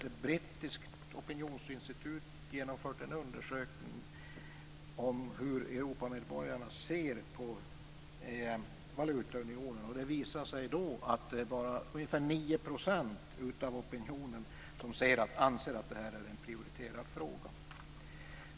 Ett brittiskt opinionsinstitut har genomfört en undersökning om hur Europamedborgarna ser på valutaunionen. Det visade sig att bara 9 % av opinionen anser att detta är en prioriterad fråga.